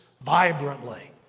vibrantly